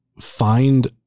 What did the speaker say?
find